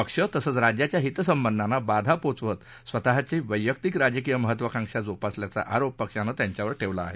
पक्ष तसंच राज्याच्या हितसंबंधाना बाधा पोचवत स्वतःची वैयक्तीक राजकीय महत्वाकांक्षा जोपासल्याचा आरोप पक्षानं त्यांच्यावर ठेवला आहे